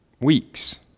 Weeks